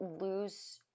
lose